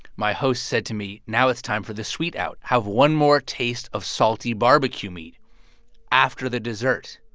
my host said to me, now it's time for the sweet out. have one more taste of salty barbecue meat after the dessert.